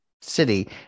city